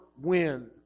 win